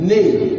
Name